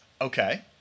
Okay